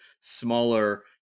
smaller